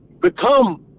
become